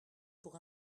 pour